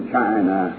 China